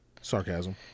Sarcasm